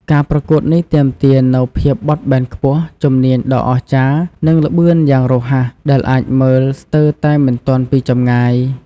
ការប្រកួតនេះទាមទារនូវភាពបត់បែនខ្ពស់ ជំនាញដ៏អស្ចារ្យ និងល្បឿនយ៉ាងរហ័សដែលអាចមើលស្ទើរតែមិនទាន់ពីចម្ងាយ។